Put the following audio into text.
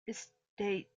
estate